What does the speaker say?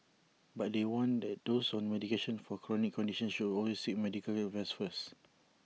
but they warn that those on medication for chronic conditions should always seek medical advice first